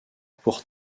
pour